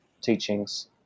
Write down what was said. teachings